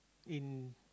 in